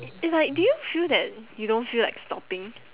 it's like do you feel that you don't feel like stopping